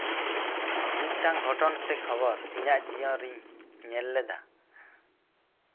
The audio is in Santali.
ᱢᱤᱫᱴᱟᱱ ᱜᱷᱚᱴᱚᱱ ᱥᱮ ᱠᱷᱚᱵᱚᱨ ᱤᱧᱟᱹᱜ ᱡᱤᱭᱚᱱ ᱨᱤᱧ ᱧᱮᱞ ᱞᱮᱫᱟ